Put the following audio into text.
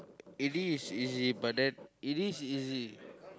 it is easy but then it is easy